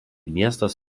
miestas